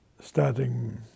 starting